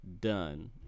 done